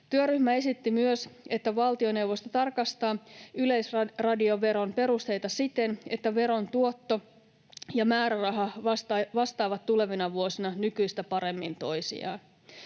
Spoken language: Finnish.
Työryhmä esitti myös, että valtioneuvosto tarkastaa yleisradioveron perusteita siten, että veron tuotto ja määräraha vastaavat tulevina vuosina nykyistä paremmin toisiaan.